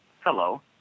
Hello